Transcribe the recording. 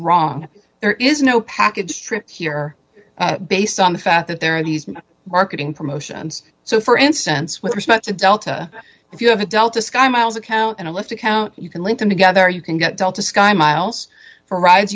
wrong there is no package trip here based on the fact that there are these marketing promotions so for instance with respect to delta if you have a delta sky miles account and a list account you can link them together you can get delta sky miles for rides